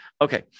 Okay